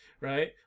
Right